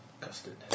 Custard